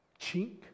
Chink